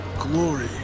glory